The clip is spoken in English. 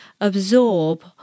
absorb